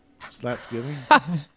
Slapsgiving